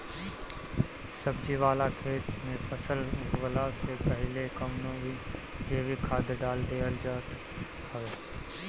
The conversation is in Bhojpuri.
सब्जी वाला खेत में फसल उगवला से पहिले कवनो भी जैविक खाद डाल देहल जात हवे